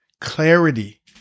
clarity